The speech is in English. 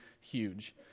huge